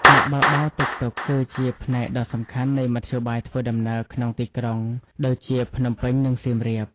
អ្នកបើកបរតុកតុកគឺជាផ្នែកដ៏សំខាន់នៃមធ្យោបាយធ្វើដំណើរក្នុងទីក្រុងដូចជាភ្នំពេញ និងសៀមរាប។